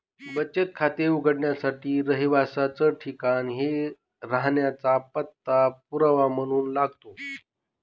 बचत खाते उघडण्यासाठी रहिवासाच ठिकाण हे राहण्याचा पत्ता पुरावा म्हणून लागतो